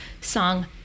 song